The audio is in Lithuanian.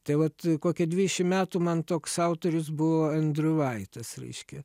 tai vat kokie dvidešimt metų man toks autorius buvo endriu vaitas reiškia